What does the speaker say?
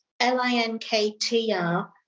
l-i-n-k-t-r